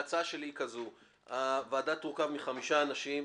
ההצעה שלי היא כזו: הוועדה תורכב מ-5 אנשים,